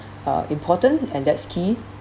uh important and that's key